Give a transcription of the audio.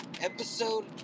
episode